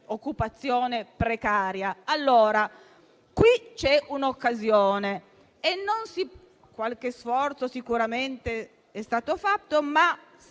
occupazione precaria. Allora, qui c'è un'occasione: qualche sforzo sicuramente è stato fatto, ma,